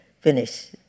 finish